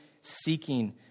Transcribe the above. seeking